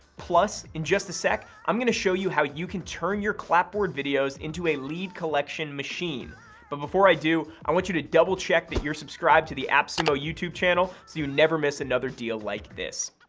plus, in just a sec, i'm going to show you how you can turn your clapboard videos into a lead-collection machine but before i do, i want you to double-check that you're subscribed to the appsumo youtube channel so you never miss another deal like this.